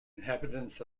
inhabitants